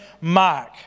mark